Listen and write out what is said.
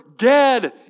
dead